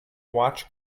watch